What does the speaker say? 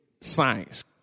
science